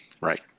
Right